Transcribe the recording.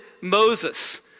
Moses